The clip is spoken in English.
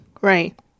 Right